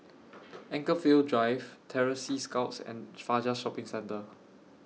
Anchorvale Drive Terror Sea Scouts and Fajar Shopping Centre